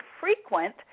frequent